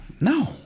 No